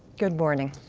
good morning.